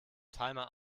timer